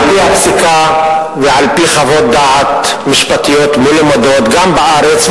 על-פי הפסיקה ועל-פי חוות דעת משפטיות מלומדות גם בארץ,